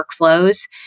workflows